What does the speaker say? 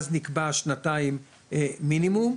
אז נקבע שנתיים מינימום,